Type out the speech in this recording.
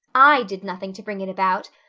i did nothing to bring it about,